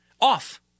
off